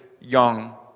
young